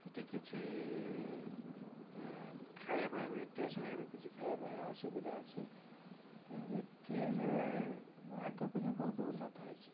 ସେଠି କିଛି ଖାଇବା ପାଇଁ ବି ଷ୍ଟେସନରେ ବି କିଛି ଖାଇବା ପାଇଁ ଅସୁବିଧା ଅଛି ତେଣୁ କରି ଟ୍ରେନରେ ଆଗ ଅପେକ୍ଷା ବହୁତ ଉନ୍ନତ ହେଇଛି